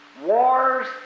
wars